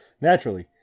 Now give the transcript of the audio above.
naturally